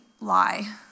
lie